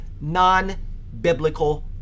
non-biblical